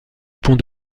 pont